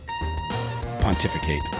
pontificate